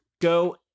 go